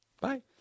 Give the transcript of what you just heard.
Bye